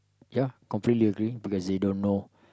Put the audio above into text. ya completely agree cause they don't know